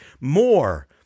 more